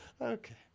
Okay